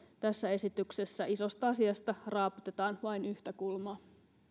tässä esityksessä isosta asiasta raaputetaan vain yhtä kulmaa